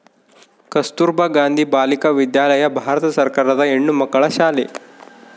ಕಸ್ತುರ್ಭ ಗಾಂಧಿ ಬಾಲಿಕ ವಿದ್ಯಾಲಯ ಭಾರತ ಸರ್ಕಾರದ ಹೆಣ್ಣುಮಕ್ಕಳ ಶಾಲೆ